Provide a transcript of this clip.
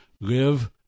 Live